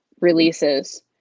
releases